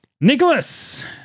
Nicholas